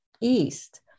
East